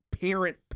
parent